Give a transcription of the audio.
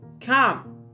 Come